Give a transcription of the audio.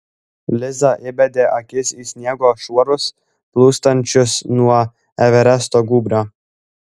liza įbedė akis į sniego šuorus plūstančius nuo everesto gūbrio